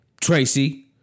Tracy